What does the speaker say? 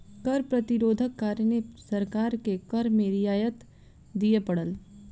कर प्रतिरोधक कारणें सरकार के कर में रियायत दिअ पड़ल